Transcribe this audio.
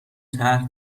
طرح